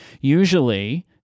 Usually